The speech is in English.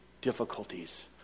difficulties